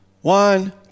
One